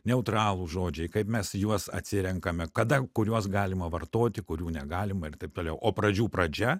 neutralūs žodžiai kaip mes juos atsirenkame kada kuriuos galima vartoti kurių negalima ir taip toliau o pradžių pradžia